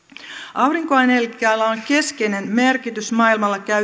aurinkoenergialla on keskeinen merkitys maailmalla